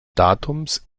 datums